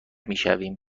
میشویم